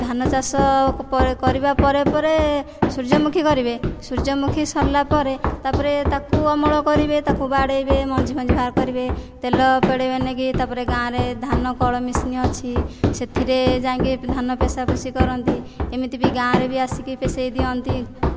ଧାନ ଚାଷ କରିବା ପରେ ପରେ ସୂର୍ଯ୍ୟମୁଖୀ କରିବେ ସୂର୍ଯ୍ୟମୁଖୀ ସରିଲା ପରେ ତାପରେ ତାକୁ ଅମଳ କରିବେ ତାକୁ ବାଡ଼େଇବେ ମଞ୍ଜି ଫଞ୍ଜି ବାହାର କରିବେ ତେଲ ପେଡ଼ିବେ ନେଇକି ତାପରେ ଗାଁରେ ଧାନକଳ ମେସିନ୍ ଅଛି ସେଥିରେ ଯାଇକି ଧାନ ପେଶା ପେଶି କରନ୍ତି ଏମିତି ବି ଗାଁରେ ବି ଆସିକି ପେସେଇ ଦିଅନ୍ତି